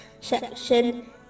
section